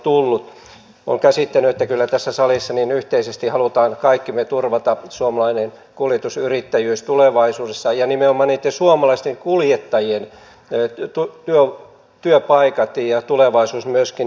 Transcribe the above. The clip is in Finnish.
olen käsittänyt että kyllä tässä salissa me kaikki yhteisesti haluamme turvata suomalaisen kuljetusyrittäjyyden tulevaisuudessa ja nimenomaan niitten suomalaisten kuljettajien työpaikat ja tulevaisuuden myöskin heille